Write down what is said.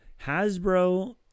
Hasbro